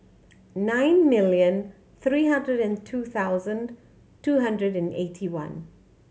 nine million three hundred and two thousand two hundred and eighty one